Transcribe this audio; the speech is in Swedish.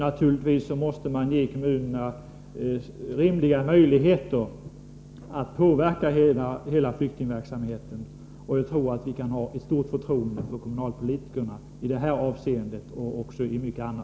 Naturligtvis måste man ge kommunerna rimliga möjligheter att påverka hela flyktingverksamheten, och jag tror att vi kan ha förtroende för kommunalpolitikerna i det avseendet liksom i så många andra.